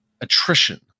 attrition